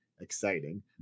exciting